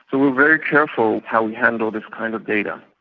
but we're very careful how we handle this kind of data.